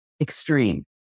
extreme